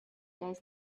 days